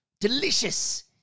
delicious